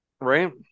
Right